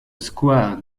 square